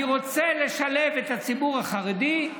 אני רוצה לשלב את הציבור החרדי,